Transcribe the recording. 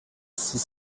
six